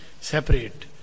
separate